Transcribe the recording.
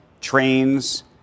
trains